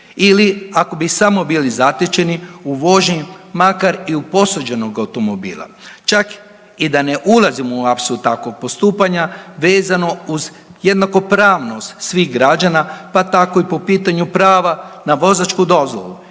ili ako bi samo bili zatečeni u vožnji makar i u posuđenog automobila. Čak i da ne ulazimo u apsurd takvog postupanja, vezano uz jednakopravnost svih građana, pa tako i po pitanju prava na vozačku dozvolu